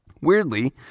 Weirdly